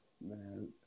Man